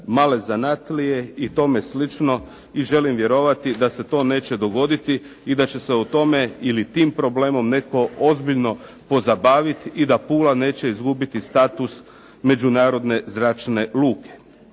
male zanatlije i tome slično, i želim vjerovati da se to neće dogoditi i da će se o tome ili tim problemom netko ozbiljno pozabaviti i da Pula neće izgubiti status međunarodne zračne luke.